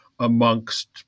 amongst